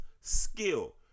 skill